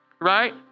right